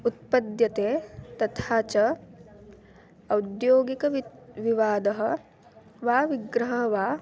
उत्पद्यते तथा च औद्योगिकः वित् विवादः वा विग्रहः वा